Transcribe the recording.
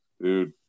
Dude